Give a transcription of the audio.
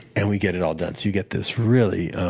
and we get it all done. so you get this really